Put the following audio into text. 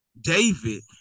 David